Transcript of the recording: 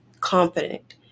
confident